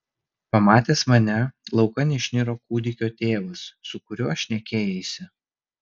pamatęs mane laukan išniro kūdikio tėvas su kuriuo šnekėjaisi